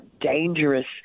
dangerous